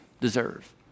deserve